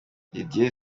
didier